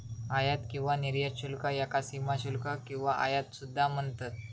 आयात किंवा निर्यात शुल्क याका सीमाशुल्क किंवा आयात सुद्धा म्हणतत